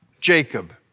Jacob